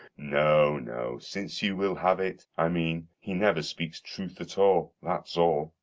no, no, since you will have it, i mean he never speaks truth at all, that's all.